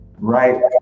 Right